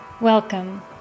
Welcome